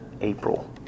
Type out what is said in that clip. April